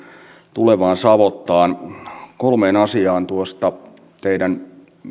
tulevaan savottaan kolmeen asiaan tuosta teidän